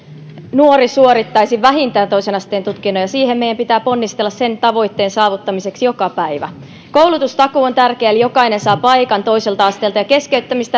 nuori suorittaisi vähintään toisen asteen tutkinnon ja siihen meidän pitää ponnistella sen tavoitteen saavuttamiseksi joka päivä koulutustakuu on tärkeä eli jokainen saa paikan toiselta asteelta ja keskeyttämisen